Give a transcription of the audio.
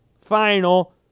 final